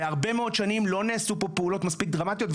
והרבה מאוד שנים לא נעשו פה פעולות מספיק דרמטיות,